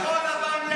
מה כחול לבן יצביעו?